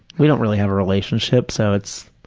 we don't really have a relationship, so it's,